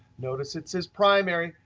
notice it says primary,